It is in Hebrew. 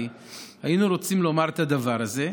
היינו רוצים לומר את הדבר הזה,